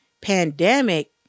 pandemic